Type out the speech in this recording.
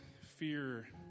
fear